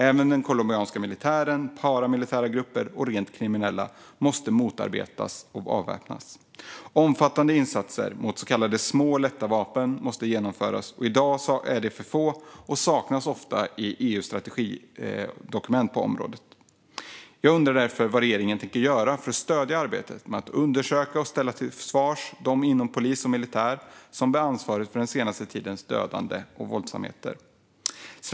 Även den colombianska militären, paramilitära grupper och rent kriminella måste motarbetas och avväpnas. Omfattande insatser mot så kallade små och lätta vapen måste genomföras. I dag är de för få och saknas ofta i EU:s strategidokument på området. Jag undrar därför vad regeringen tänker göra för att stödja arbetet med att undersöka detta och att ställa dem inom polis och militär som bär ansvaret för den senaste tidens dödande och våldsamheter till svars.